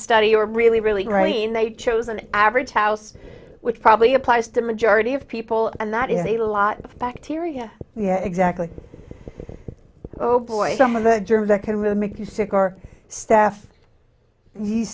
study or really really rain they chose an average house which probably applies to majority of people and that is a lot of bacteria yeah exactly oh boy some of the germ that can really make you sick or staff